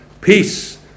peace